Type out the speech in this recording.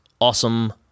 Awesome